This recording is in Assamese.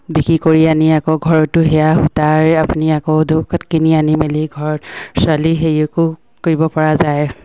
বিকি কৰি আনি আকৌ ঘৰতো সেয়া সূতাই আপুনি আকৌ কিনি আনি মেলি ঘৰত ছোৱালী হেৰিকো কৰিব পৰা যায়